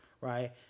right